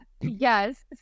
yes